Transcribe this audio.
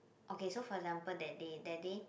okay for example that day that day